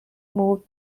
moved